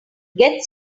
get